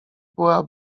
była